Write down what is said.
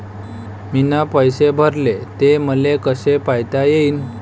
मीन पैसे भरले, ते मले कसे पायता येईन?